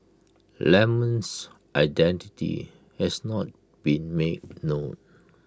lemon's identity has not been made known